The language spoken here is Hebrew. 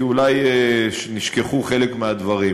כי אולי נשכחו חלק מהדברים.